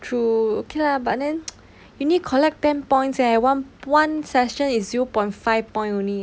true okay lah but then you need collect ten points eh one one session is zero point five point only